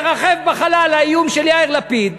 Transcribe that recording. מרחף בחלל האיום של יאיר לפיד: